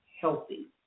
healthy